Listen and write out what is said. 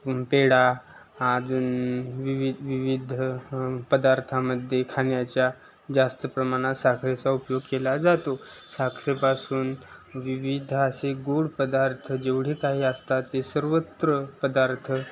पेढा अजून विविध विविध पदार्थामध्ये खाण्याच्या जास्त प्रमाणात साखरेचा उपयोग केला जातो साखरेपासून विविध असे गोड पदार्थ जेवढे काही असतात ते सर्वत्र पदार्थ